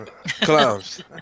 Clowns